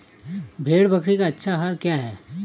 भेड़ बकरी का अच्छा आहार क्या है?